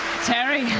tary,